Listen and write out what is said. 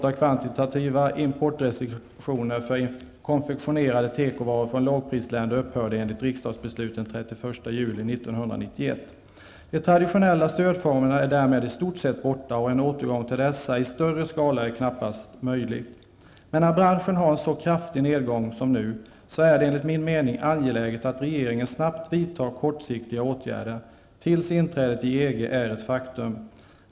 De traditionella stödformerna är därmed i stort sett borta. En återgång till dessa i större skala är knappast möjlig. Men när branschen har en så kraftig nedgång som nu, är det enligt min mening angeläget att regeringen snabbt vidtar kortsiktiga åtgärder tills inträdet i EG är ett faktum.